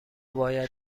باید